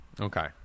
Okay